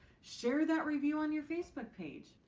share that review on your facebook page.